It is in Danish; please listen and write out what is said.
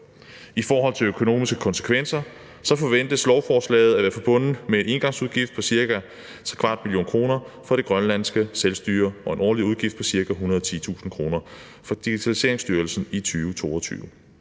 I forhold til økonomiske konsekvenser forventes lovforslaget at være forbundet med en engangsudgift på ca. 0,75 mio. kr. for det grønlandske selvstyre og en årlig udgift på ca. 110.000 kr. for Digitaliseringsstyrelsen i 2022.